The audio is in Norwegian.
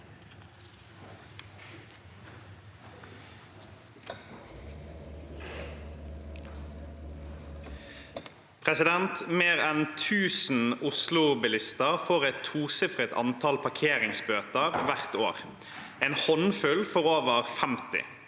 «Mer enn tusen Oslo-bilister får et tosifret antall parkeringsbøter hvert år. En håndfull får over